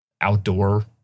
outdoor